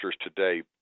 today